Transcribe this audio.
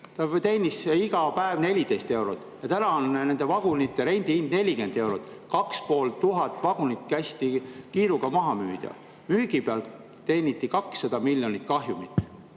Ta teenis iga päev 14 eurot ja täna on nende vagunite rendihind 40 eurot. 2500 vagunit kästi kiiruga maha müüa. Müügi pealt teeniti 200 miljonit kahjumit